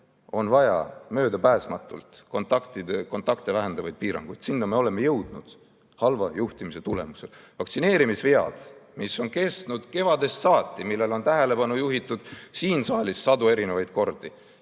on möödapääsmatult vaja kontakte vähendavaid piiranguid. Sinna me oleme jõudnud halva juhtimise tulemusena. Vaktsineerimisvead on kestnud kevadest saati, neile on tähelepanu juhitud siin saalis sadu kordi